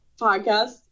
podcast